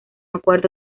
acuerdo